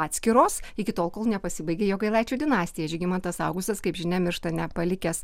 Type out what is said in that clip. atskiros iki tol kol nepasibaigė jogailaičių dinastija žygimantas augustas kaip žinia miršta nepalikęs